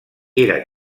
era